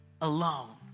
alone